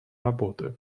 работы